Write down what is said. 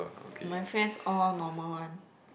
my friends all normal one